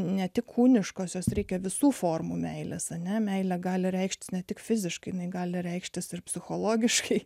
ne tik kūniškosios reikia visų formų meilės ane meilė gali reikšti ne tik fiziškai gali reikštis ir psichologiškai